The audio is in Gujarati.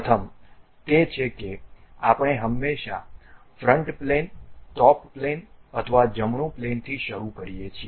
પ્રથમ તે છે કે આપણે હંમેશાં ફ્રન્ટ પ્લેન ટોપ પ્લેન અથવા જમણું પ્લેનથી શરૂ કરીએ છીએ